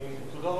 תודה רבה לך,